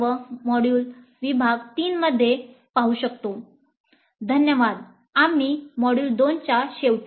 धन्यवाद आणि आम्ही मॉड्यूल 2 च्या शेवटी आलो आहोत